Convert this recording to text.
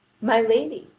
my lady,